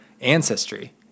ancestry